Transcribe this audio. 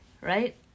right